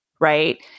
right